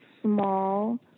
small